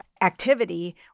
activity